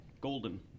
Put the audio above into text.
golden